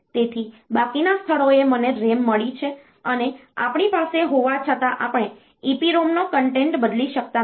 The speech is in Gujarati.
તેથી બાકીના સ્થળોએ મને RAM મળી છે અને આપણી પાસે હોવા છતા આપણે EPROM નો કન્ટેન્ટ બદલી શકતા નથી